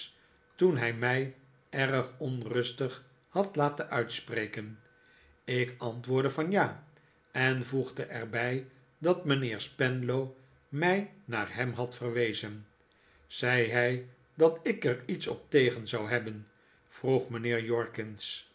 toen hij mij erg onrustig had laten uitspreken ik antwoordde van ja en voegde er bij dat mijnheer spenlow mij naar hem had verwezen zei hij dat ik er iets op tegen zou hebben vroeg mijnheer jorkins